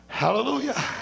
Hallelujah